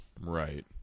Right